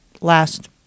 last